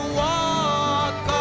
walk